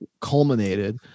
culminated